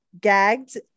gagged